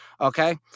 okay